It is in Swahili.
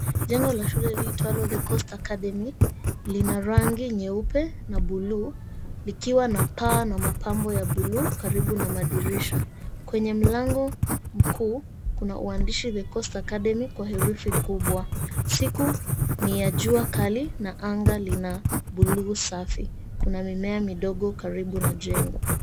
Jengo la shule liitwalo,"The Coast Academy" lina rangi nyeupe na buluu likiwa na paa na mapambo ya buluu karibu na madirisha. Kwenye mlango mkuu kuna uandishi The Coast Academy kwa herufi kubwa. Siku ni ya jua kali na anga lina buluu safi. Kuna mimea midogo karibu na jengo.